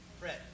Fred